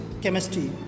chemistry